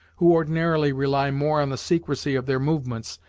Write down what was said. who ordinarily rely more on the secrecy of their movements,